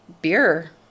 beer